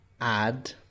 add